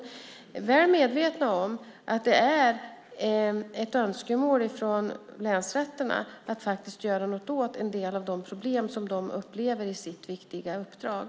Jag är väl medveten om att det är ett önskemål från länsrätterna att vi ska göra något åt en del av de problem som de upplever i sitt viktiga uppdrag.